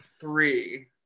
three